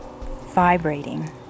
vibrating